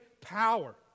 power